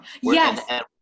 Yes